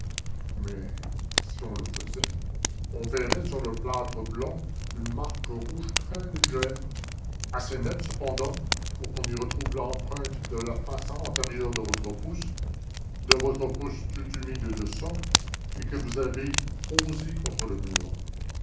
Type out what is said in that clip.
mais si on le faisait on verrait sur le plâtre blanc une marque rouge très légère assez nette cependant pour qu'on y retrouve l'empreinte de la face antérieure de votre pouce de votre pouce tout humide de sang et que vous avez posé contre le mur